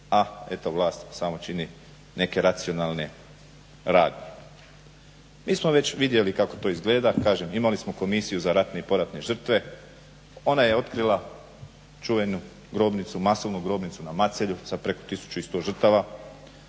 a eto vlast samo čini neke racionalne radnje. Mi smo već vidjeli kako to izgleda, kažem imali smo Komisiju za ratne i poratne žrtve, ona je otkrila čuvenu masovnu grobnicu na Macelju sa preko 1100 žrtava.